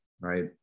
right